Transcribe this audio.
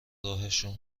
راهشون